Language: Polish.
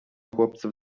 chłopców